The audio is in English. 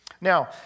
Now